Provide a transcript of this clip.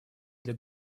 для